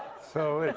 so,